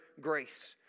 grace